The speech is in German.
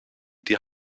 die